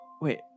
wait